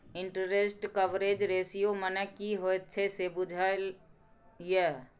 Interest coverage ratio मने की होइत छै से बुझल यै?